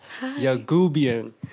Yagubian